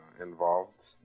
involved